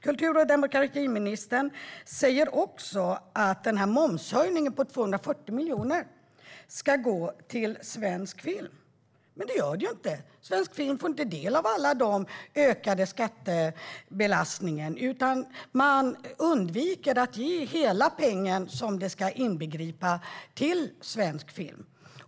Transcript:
Kultur och demokratiministern säger att momshöjningen på 240 miljoner ska gå till svensk film. Men det gör den inte. Svensk film får inte del av all den ökade skattebelastningen, utan man undviker att ge hela den peng detta ska inbegripa till svensk film.